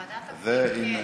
ועדת הפנים, כן.